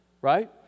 right